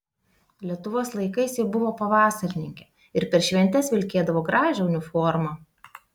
lietuvos laikais ji buvo pavasarininkė ir per šventes vilkėdavo gražią uniformą